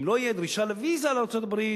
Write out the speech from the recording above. אם לא תהיה דרישה לוויזה לארצות-הברית,